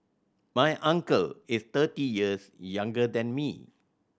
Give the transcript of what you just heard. my uncle is thirty years younger than me